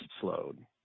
slowed